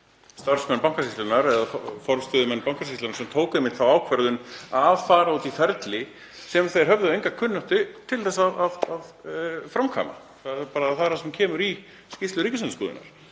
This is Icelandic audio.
starfsmenn Bankasýslunnar eða forstöðumenn Bankasýslunnar sem tóku þá ákvörðun að fara út í ferli sem þeir höfðu enga kunnáttu til að framkvæma. Það er það sem kemur fram í skýrslu Ríkisendurskoðunar.